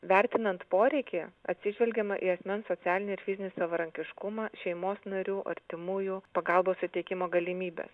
vertinant poreikį atsižvelgiama į asmens socialinį ir fizinį savarankiškumą šeimos narių artimųjų pagalbos suteikimo galimybes